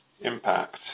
impact